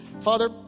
Father